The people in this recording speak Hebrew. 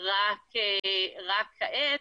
רק כעת,